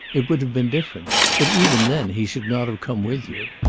it would have been different but even then he should not have come with you.